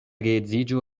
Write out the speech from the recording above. geedziĝo